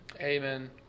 Amen